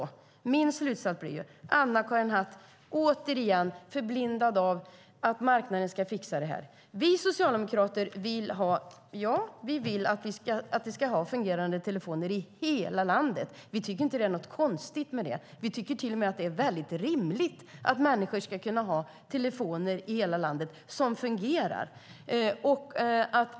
Min slutsats blir att Anna-Karin Hatt återigen är förblindad av att marknaden ska fixa det här. Vi socialdemokrater vill att vi ska ha fungerande telefoner i hela landet. Vi tycker inte att det är något konstigt med det, utan vi tycker till och med att det är väldigt rimligt att människor i hela landet ska kunna ha telefoner som fungerar.